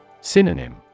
Synonym